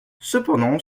cependant